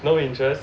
no interest